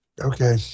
Okay